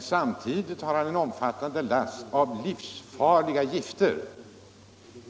Samtidigt har den också livsfarliga gifter ombord.